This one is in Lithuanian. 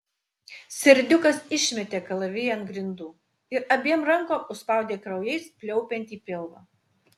serdiukas išmetė kalaviją ant grindų ir abiem rankom užspaudė kraujais pliaupiantį pilvą